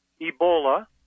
Ebola